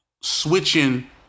Switching